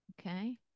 Okay